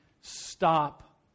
Stop